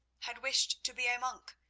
had wished to be a monk,